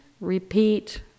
repeat